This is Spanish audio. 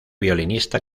violinista